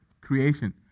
creation